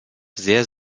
sehr